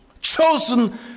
chosen